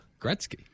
Gretzky